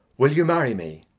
will you marry me?